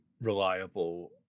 reliable